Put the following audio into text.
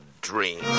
dream